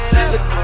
Look